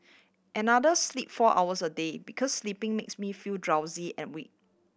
another sleep four hours a day because sleeping makes me feel drowsy and weak